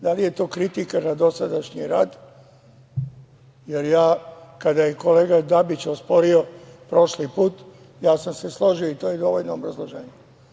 Da li je to kritika na dosadašnji rad, jer ja kada je kolega Dabić osporio prošli put, ja sam se složio i to je dovoljno obrazloženje.